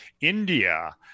India